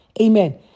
Amen